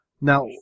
now